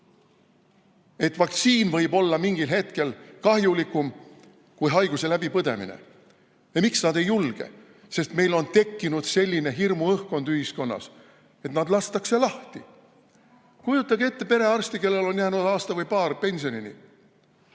et vaktsiin võib-olla mingil hetkel kahjulikum kui haiguse läbipõdemine. Miks nad ei julge? Sest meil on tekkinud ühiskonnas selline hirmuõhkkond. Nad kardavad, et neid lastakse lahti. Kujutage ette perearsti, kellel on jäänud aasta või paar pensionini.